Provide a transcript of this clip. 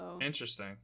Interesting